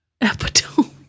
Epitome